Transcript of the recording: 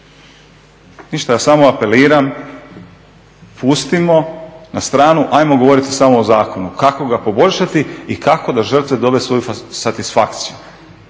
Ništa, ja samo apeliram pustimo na stranu, ajmo govoriti samo o zakonu. Kako ga poboljšati i kako da žrtve dobe svoju satisfakciju